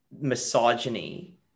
misogyny